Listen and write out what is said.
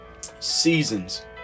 Seasons